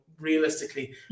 realistically